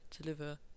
deliver